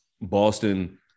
Boston